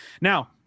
Now